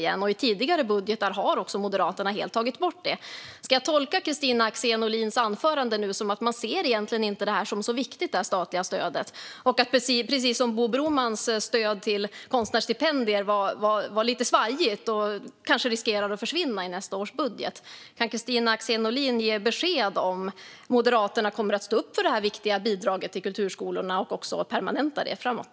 I tidigare budgetar har Moderaterna helt tagit bort det. Ska jag tolka Kristina Axén Olins anförande nu som att man egentligen inte ser det här statliga stödet som så viktigt? Precis som Bo Bromans stöd till konstnärsstipendier kanske det är lite svajigt och riskerar att försvinna i nästa års budget. Kan Kristina Axén Olin ge besked om Moderaterna kommer att stå upp för det här viktiga bidraget till kulturskolan och även permanenta det framåt?